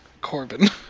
Corbin